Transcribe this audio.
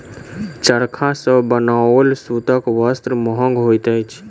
चरखा सॅ बनाओल सूतक वस्त्र महग होइत अछि